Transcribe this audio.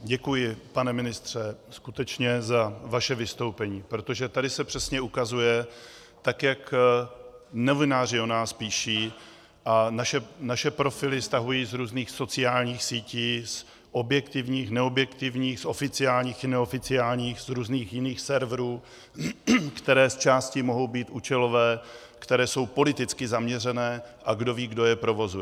Děkuji, pane ministře, skutečně za vaše vystoupení, protože tady se přesně ukazuje, jak novináři o nás píší a naše profily stahují z různých sociálních sítí, z objektivních i neobjektivních, z oficiálních i neoficiálních, z různých jiných serverů, které zčásti mohou být účelové, které jsou politicky zaměřené a kdo ví, kdo je provozuje.